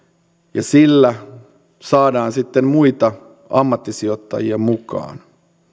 ja sillä saadaan sitten muita ammattisijoittajia mukaan